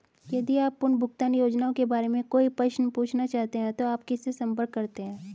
यदि आप पुनर्भुगतान योजनाओं के बारे में कोई प्रश्न पूछना चाहते हैं तो आप किससे संपर्क करते हैं?